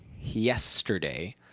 yesterday